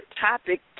topic